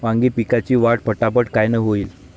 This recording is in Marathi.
वांगी पिकाची वाढ फटाफट कायनं होईल?